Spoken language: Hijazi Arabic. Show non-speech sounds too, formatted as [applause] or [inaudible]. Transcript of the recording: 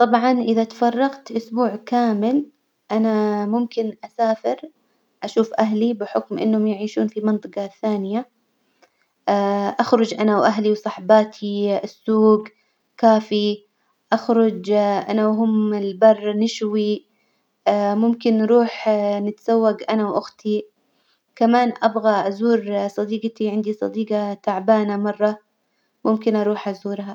طبعا إذا تفرغت أسبوع كامل أنا ممكن أسافر أشوف أهلي بحكم إنهم يعيشون في منطجة ثانية [hesitation] أخرج أنا وأهلي وصحباتي السوج كافي، أخرج [hesitation] أنا وهم البر نشوي [hesitation] ممكن نروح [hesitation] نتسوج أنا وأختي، كمان أبغى أزور صديجتي، عندي صديجة تعبانة مرة، ممكن أروح أزورها.